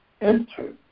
enter